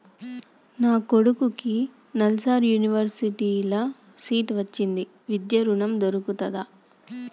నా కొడుకుకి నల్సార్ యూనివర్సిటీ ల సీట్ వచ్చింది విద్య ఋణం దొర్కుతదా?